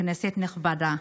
כנסת נכבדה,